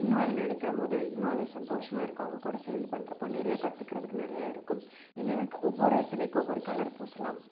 இன்னும் அதை நினைக்கிறம் போது இன்னும் அது சந்தோஷமாக இருக்கும் அவங்க கூட சேர்ந்து பண்ணுறப்போ நிறைய கற்றுக்கிறதுக்கு நிறையா இருக்கும் ஏன்னால் எனக்கு ஒவ்வொரு சிலைக்கும் ஒவ்வொரு கலரு பூசலாம்